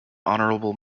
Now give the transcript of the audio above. honorable